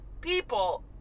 people